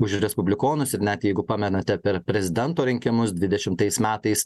už respublikonus ir net jeigu pamenate per prezidento rinkimus dvidešimtais metais